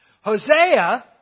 Hosea